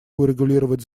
урегулировать